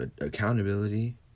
Accountability